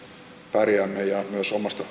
pärjäämme ja myös omasta